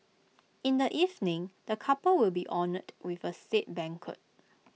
in the evening the couple will be honoured with A state banquet